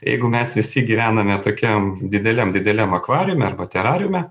jeigu mes visi gyvename tokiam dideliam dideliam akvariume arba terariume